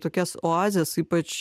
tokias oazes ypač